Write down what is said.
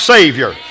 Savior